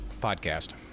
podcast